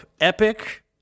epic